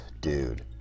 Dude